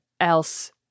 else